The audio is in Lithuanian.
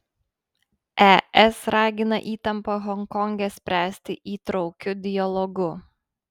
es ragina įtampą honkonge spręsti įtraukiu dialogu